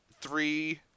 Three